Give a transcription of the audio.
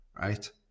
right